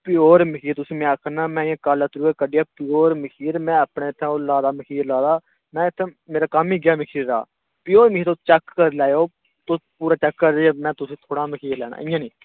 pure मखीर तुसें में आखना अजें कल्ल अत्तरूं कड्ढेआ प्योर मखीर में अपने हत्थें ओह् लाए दा मखीर लाएदा में इत्थै मेरा कम्म गे इ'यै ऐ मखीरै दा प्योर मखीर तुस चैक्क करी लेएऔ तुस पूरा चैक्क करियै में तुसें थोह्ड़ा मखीर लैना इ'यां निं